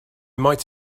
might